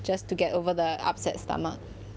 just to get over the upset stomach